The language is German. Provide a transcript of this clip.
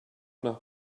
nach